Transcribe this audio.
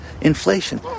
inflation